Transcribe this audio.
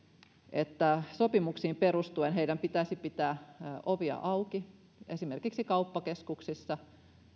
että sopimuksiin perustuen heidän pitäisi pitää ovia auki esimerkiksi kauppakeskuksissa